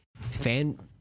fan